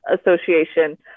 Association